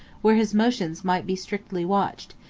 where his motions might be strictly watched,